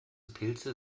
pilze